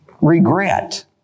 regret